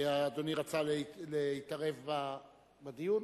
רצה להתערב בדיון?